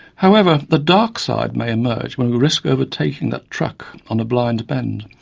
however, the dark side may emerge when we risk overtaking that truck on a blind bend,